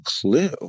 clue